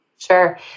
Sure